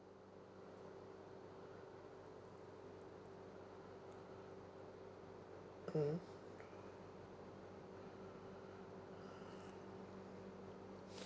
mmhmm